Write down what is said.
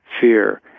fear